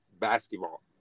basketball